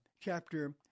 chapter